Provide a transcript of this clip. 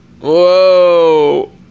Whoa